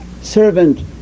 servant